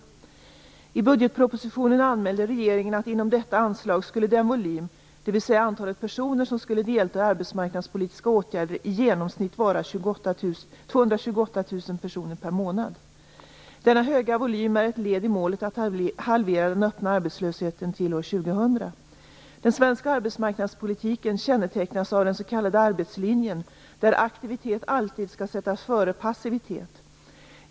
I budgetpropositionen anmälde regeringen att inom detta anslag skulle den volym, dvs. antalet personer som skulle delta i arbetsmarknadspolitiska åtgärder i genomsnitt vara 228 000 personer per månad. Denna höga volym är ett led i målet att halvera den öppna arbetslösheten till år 2000. Den svenska arbetsmarknadspolitiken kännetecknas av den s.k. arbetslinjen där aktivitet alltid skall sättas före passivitet.